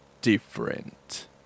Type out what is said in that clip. different